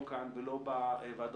לאורך